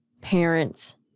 parents